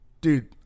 Dude